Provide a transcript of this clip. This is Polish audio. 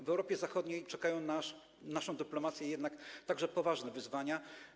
W Europie Zachodniej czekają naszą dyplomację jednak także poważne wyzwania.